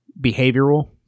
behavioral